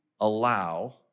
allow